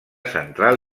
central